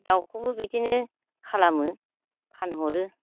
दाउखौबो बिदिनो खालामो फानहरो